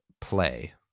play